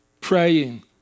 praying